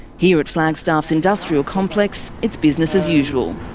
here at flagstaff's industrial complex, it's business as usual.